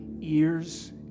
ears